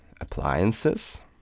Appliances